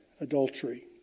adultery